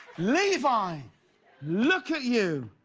levi look at you!